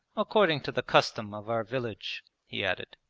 according to the custom of our village he added.